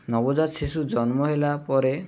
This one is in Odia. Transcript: ନବଜାତ ଶିଶୁ ଜନ୍ମ ହେଲା ପରେ